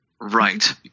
Right